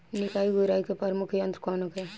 निकाई गुराई के प्रमुख यंत्र कौन होखे?